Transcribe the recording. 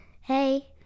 Hey